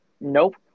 Nope